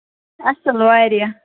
اَصٕل واریاہ